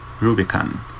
Rubicon